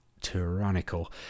tyrannical